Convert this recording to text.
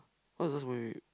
what's last movie we